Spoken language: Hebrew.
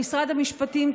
במשרד המשפטים,